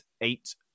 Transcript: eight